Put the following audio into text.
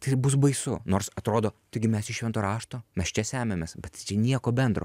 taip bus baisu nors atrodo taigi mes iš švento rašto mes čia semiamės bet nieko bendro